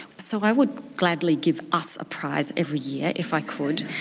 so i would gladly give us a prize every year if i could,